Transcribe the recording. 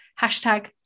Hashtag